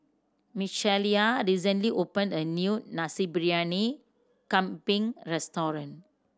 Micaela recently opened a new Nasi Briyani Kambing restaurant